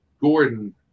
Gordon